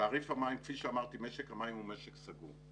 תעריף המים - כפי שאמרתי, משק המים הוא משק סגור.